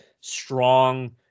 strong